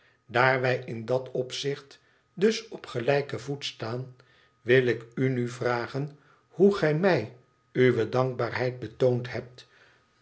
wij in dat opzicht dus op gelijken voet staan wil ik u nu vragen hoe gij mij uwe dankbaarheid betoond hebt